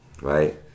right